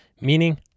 meaning